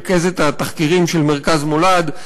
רכזת התחקירים של מרכז "מולד",